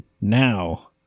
now